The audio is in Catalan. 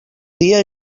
dia